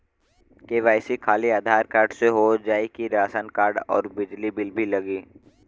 KYC खाली Aadhaar card से हो जाए कि राशन कार्ड अउर बिजली बिल भी लगी?